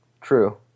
True